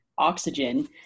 Oxygen